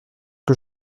que